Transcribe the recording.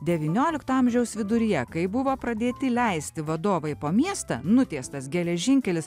devyniolikto amžiaus viduryje kai buvo pradėti leisti vadovai po miestą nutiestas geležinkelis